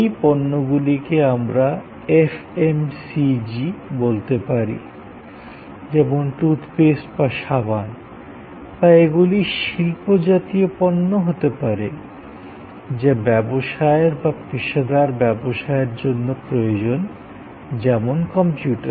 এই পণ্যগুলিকে আমরা এফএমসিজি বলতে পারি যেমন টুথপেস্ট বা সাবান বা এগুলি শিল্পজাতীয় পণ্য হতে পারে যা ব্যবসায়ের বা পেশাদার ব্যবহারের জন্য প্রয়োজনীয় যেমন কম্পিউটার